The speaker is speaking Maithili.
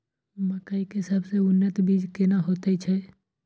मकई के सबसे उन्नत बीज केना होयत छै?